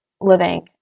living